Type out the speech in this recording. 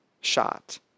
shot